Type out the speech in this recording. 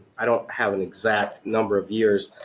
i don't have an exact number of years,